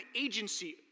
agency